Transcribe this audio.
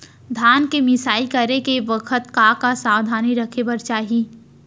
धान के मिसाई करे के बखत का का सावधानी रखें बर चाही?